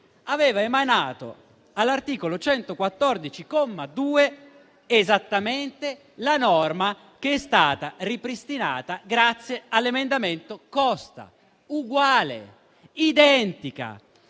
aveva emanato, all'articolo 114, comma 2, esattamente la norma che è stata ripristinata grazie all'emendamento Costa: uguale, identica